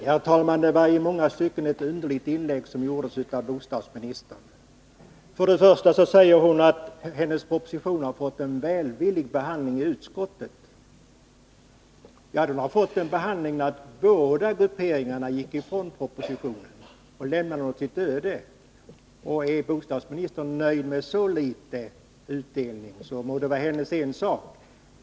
Herr talman! Det var i många stycken ett underligt inlägg som bostadsministern gjorde. För det första säger hon att hennes proposition har fått en välvillig behandling i utskottet. Ja, propositionen fick den behandlingen att båda grupperingarna gått ifrån propositionen och lämnat den åt sitt öde. Är bostadsministern nöjd med så liten utdelning, så må det vara hennes ensak.